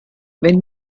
wenn